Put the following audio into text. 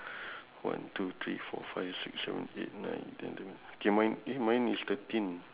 ya it's not sitting